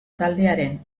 taldearen